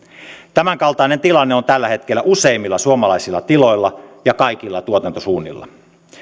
tämänkaltainen tilanne on tällä hetkellä useimmilla suomalaisilla tiloilla ja kaikilla tuotantosuunnilla